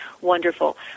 wonderful